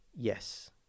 Yes